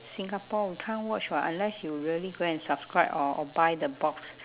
singapore you can't watch [what] unless you really go and subscribe or or buy the box